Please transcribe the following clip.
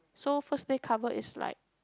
so First Day Cover is like